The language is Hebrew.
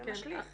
זה משליך.